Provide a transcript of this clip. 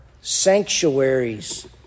sanctuaries